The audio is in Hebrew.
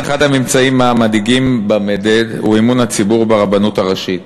אחד הממצאים המדאיגים במדד הוא אמון הציבור ברבנות הראשית.